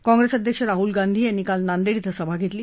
काँगेस अध्यक्ष राहूल गांधी यांनी काल नांदेड येथे सभा घेतली